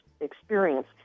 experience